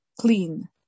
clean